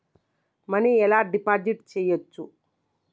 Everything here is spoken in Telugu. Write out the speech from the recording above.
మనీ ఎలా డిపాజిట్ చేయచ్చు?